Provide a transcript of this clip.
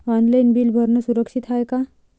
Online bill भरनं सुरक्षित हाय का?